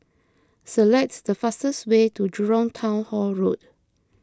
select the fastest way to Jurong Town Hall Road